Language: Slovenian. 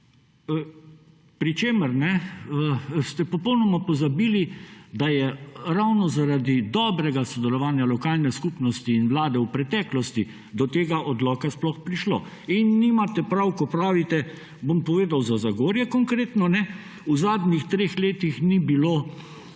pri čemer ste popolnoma pozabili, da je ravno zaradi dobrega sodelovanja lokalne skupnosti in vlade v preteklosti do tega odloka sploh prišlo. In nimate prav, ko pravite, bom povedal za Zagorje konkretno, da v zadnjih treh letih ni bilo